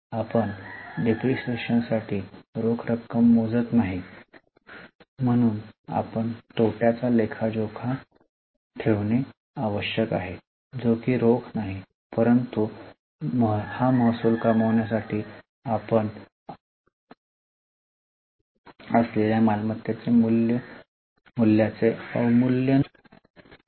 आपण घसाऱ्यासाठी रोख रक्कम मोजत नाही म्हणून आपण तोट्याचा लेखोजोखा ठेवणे आवश्यक आहे जो की रोख नाही परंतु हा महसूल कमावण्यासाठी असलेल्या मालमत्त्तेच्या मूल्याचे अवमूल्यन आहे